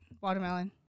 Watermelon